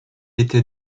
était